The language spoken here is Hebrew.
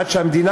עד שהמדינה